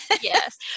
Yes